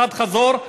אחד חזור,